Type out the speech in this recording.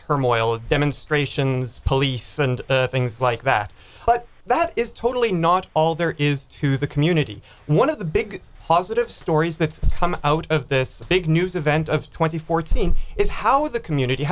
turmoil of demonstrations police and things like that but that is totally not all there is to the community and one of the big positive stories that's come out of this big news event of twenty fourteen is how the community